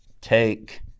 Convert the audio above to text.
take